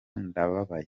ndababaye